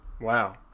Wow